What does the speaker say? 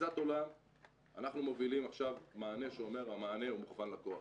כתפיסת עולם אנחנו מובילים עכשיו מענה שאומר המענה הוא מוכוון לקוח.